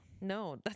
No